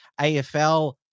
AFL